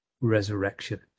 resurrection